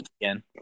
again